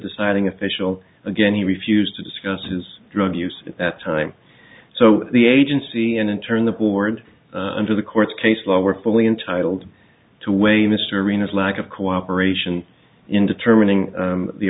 deciding official again he refused to discuss his drug use that time so the agency and in turn the board under the court case law were fully entitled to weigh mr arenas lack of cooperation in determining